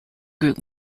group